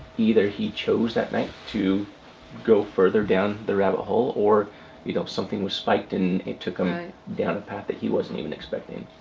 either he chose that night to go further down the rabbit hole or you know something was spiked and it took um him down a path that he wasn't even expecting.